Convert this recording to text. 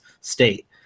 state